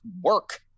work